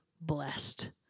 blessed